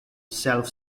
self